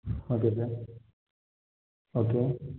okay sir okay